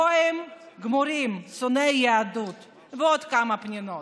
גויים גמורים, שונאי יהדות ועוד כמה פנינים.